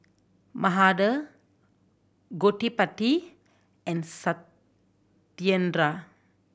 Mahade Gottipati and Satyendra